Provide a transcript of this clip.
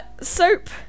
Soap